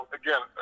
again